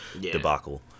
debacle